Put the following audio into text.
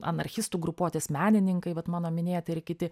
anarchistų grupuotės menininkai vat mano minėti ir kiti